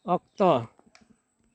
ᱚᱠᱛᱚ